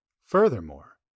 Furthermore